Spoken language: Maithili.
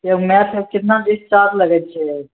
एगो मैथमे कितना दिन चार्ज लगय छै